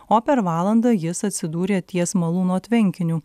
o per valandą jis atsidūrė ties malūno tvenkiniu